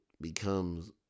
becomes –